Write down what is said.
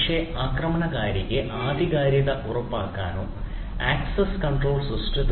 പക്ഷേ ആക്രമണകാരിക്ക് ആധികാരികത ഉറപ്പാക്കാനോ ആക്സസ് കൺട്രോൾ സിസ്റ്റത്തിൽ